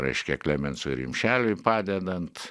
reiškia klemensui rimšeliui padedant